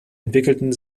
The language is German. entwickelten